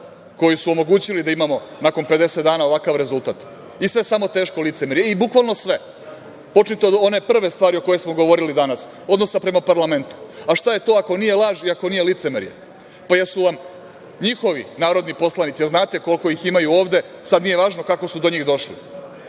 koji su omogućili da imamo nakon 50 dana ovakav rezultat i sve samo teško licemerje i bukvalno sve. Počnite od one prve stvari o kojoj smo govorili danas, odnosa prema parlamentu. A šta je to, ako nije laž i ako nije licemerje? Pa jesu vam njihovi narodni poslanici, a znate koliko ih imaju ovde, sada nije važno kako su do njih došli,